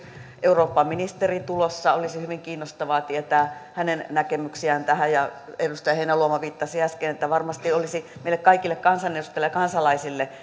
eurooppaministeri tulossa olisi hyvin kiinnostavaa tietää hänen näkemyksiään tähän edustaja heinäluoma viittasi äsken että varmasti olisi meille kaikille kansanedustajille ja kansalaisille